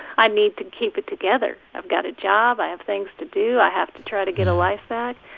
i need to keep it together. i've got a job. i have things to do. i have to try to get a life back